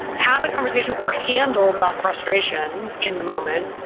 have the conversation or handle the frustration in the moment,